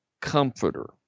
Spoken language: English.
comforter